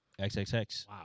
XXX